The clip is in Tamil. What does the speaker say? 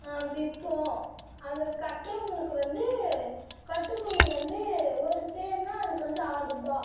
விற்போம் அதை கற்றவங்களுக்கு வந்து கட்டுக்கூலி வந்து ஒரு சேரன்னா அதுக்கு வந்து ஆறு ரூபா